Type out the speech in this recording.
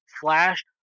flashed